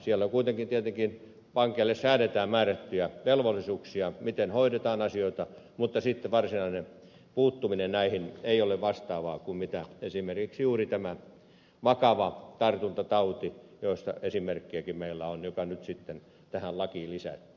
siellä kuitenkin tietenkin pankeille säädetään määrättyjä velvollisuuksia miten hoidetaan asioita mutta sitten varsinainen puuttuminen näihin ei ole vastaavaa kuin esimerkiksi juuri tämän vakavan tartuntataudin kohdalla josta esimerkkejä meilläkin on ja joka nyt sitten tähän lakiin lisättiin